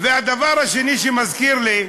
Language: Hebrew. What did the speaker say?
והדבר השני שזה מזכיר לי,